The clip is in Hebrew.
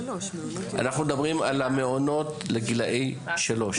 אנחנו מדברים על המעונות עד לגיל שלוש.